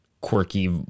quirky